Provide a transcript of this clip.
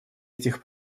этих